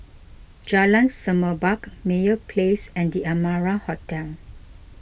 Jalan Semerbak Meyer Place and the Amara Hotel